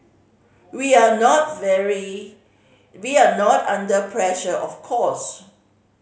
we are not very we are not under pressure of course